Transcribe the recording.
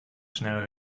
schnell